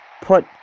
put